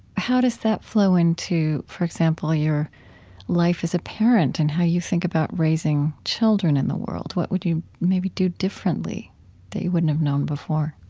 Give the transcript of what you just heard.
how does that flow into for example your life as a parent and how you think about raising children in the world. what would you maybe do differently that you wouldn't have known before?